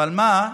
אבל מה?